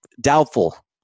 doubtful